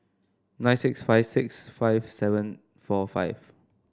nine six five six five seven four five